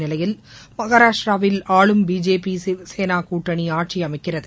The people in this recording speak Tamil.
நிலையில் மகாராஷ்டிராவில் ஆளும் பிஜேபி சிவசேனா கூட்டணி ஆட்சி அமைக்கிறது